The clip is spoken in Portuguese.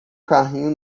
carrinho